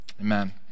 Amen